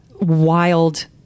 wild